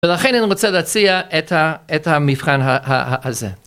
ולכן אני רוצה להציע את המבחן הזה.